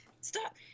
Stop